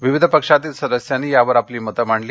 विविध पक्षातील सदस्यांनी यावर आपले मतं मांडली